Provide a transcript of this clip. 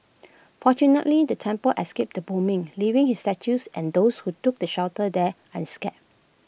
fortunately the temple escaped the bombings leaving his statues and those who took shelter there unscathed